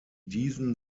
diesen